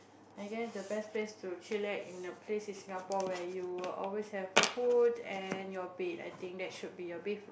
I guess the best place to chillax in a place in Singapore where you will always have food and your bed I think that should be your bedroom